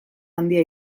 handia